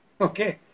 Okay